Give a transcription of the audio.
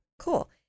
cool